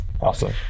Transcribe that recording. Awesome